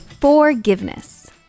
forgiveness